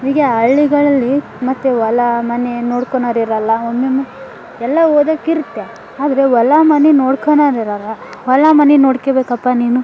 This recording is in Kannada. ಹೀಗೆ ಹಳ್ಳಿಗಳಲ್ಲಿ ಮತ್ತೆ ಹೊಲ ಮನೆ ನೋಡ್ಕೊಳೋರಿರಲ್ಲ ಒಮ್ಮೊಮ್ಮೆ ಎಲ್ಲ ಓದಕ್ಕೆ ಇರುತ್ತೆ ಆದರೆ ಹೊಲ ಮನೆ ನೋಡ್ಕೊಳೋರಿರಲ್ಲ ಹೊಲ ಮನೆ ನೋಡ್ಕಬೇಕಪ್ಪ ನೀನು